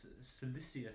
siliceous